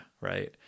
right